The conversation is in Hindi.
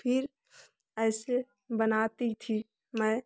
फिर ऐसे बनाती थी मैं